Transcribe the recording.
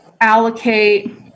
allocate